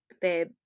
babe